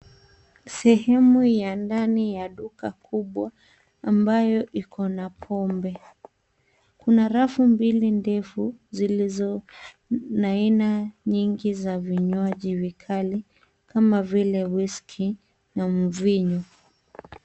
Sehemu ya ndani ya duka kubwa ambayo iko na pombe. Kuna rafu mbili ndefu zilizo na anina nyingi za vinywaji vikali kama vile whiskey na mvinyo.